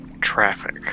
traffic